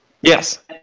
Yes